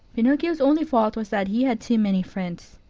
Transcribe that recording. pinocchio's only fault was that he had too many friends.